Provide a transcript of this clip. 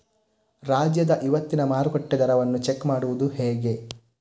ರಾಜ್ಯದ ಇವತ್ತಿನ ಮಾರುಕಟ್ಟೆ ದರವನ್ನ ಚೆಕ್ ಮಾಡುವುದು ಹೇಗೆ?